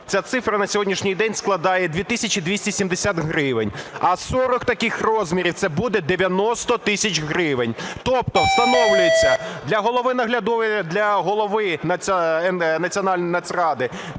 Ця цифра на сьогоднішній день складає 2 тисячі 270 гривень, а 40 таких розмірів – це буде 90 тисяч гривень. Тобто встановлюється для голови Нацради